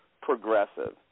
progressive